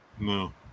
No